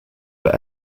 were